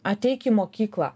ateik į mokyklą